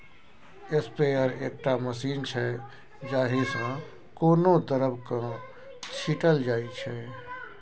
sprayer एकटा machine छै जाहि सँ कोनो द्रब केँ छीटल जाइ छै